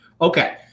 Okay